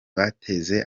batanze